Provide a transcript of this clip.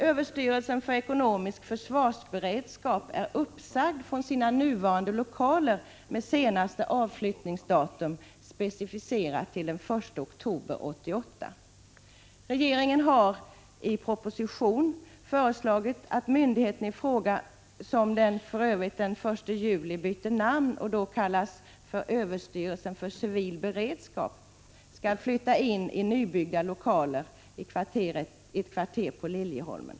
Överstyrelsen för ekonomiskt försvar är uppsagd från sina nuvarande lokaler med senaste avflyttningsdatum specificerat till den 1 oktober 1988. Regeringen har i proposition föreslagit att myndigheten i fråga, som för övrigt byter namn den 1 juli 1986 och då kommer att kallas överstyrelsen för civil beredskap, skall flytta in i nybyggda lokaler i ett kvarter på Liljeholmen.